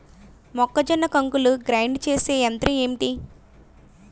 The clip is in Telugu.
మొక్కజొన్న కంకులు గ్రైండ్ చేసే యంత్రం ఏంటి?